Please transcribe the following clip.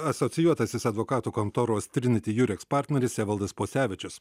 asocijuotasis advokatų kontoros triniti jureks partneris evaldas pocevičius